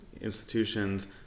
institutions